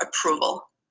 approval